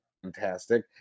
fantastic